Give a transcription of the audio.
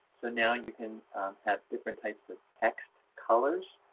so now you can have different types of text colors